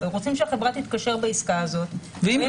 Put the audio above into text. רוצים שהחברה תתקשר בעסקה הזאת --- ואם